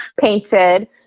painted